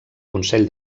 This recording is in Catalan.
consell